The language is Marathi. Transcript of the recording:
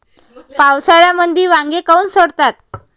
पावसाळ्यामंदी वांगे काऊन सडतात?